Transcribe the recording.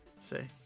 say